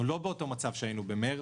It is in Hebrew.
אנחנו לא באותו מצב שהיינו במרץ.